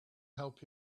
help